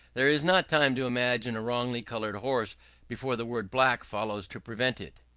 there is not time to imagine a wrongly-coloured horse before the word black follows to prevent it.